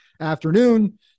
afternoon